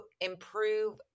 improve